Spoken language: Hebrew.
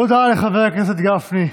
תודה לחבר הכנסת גפני.